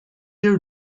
you